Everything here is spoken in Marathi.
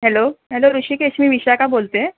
हॅलो हॅलो ऋषिकेश मी विशाखा बोलते आहे